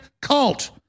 cult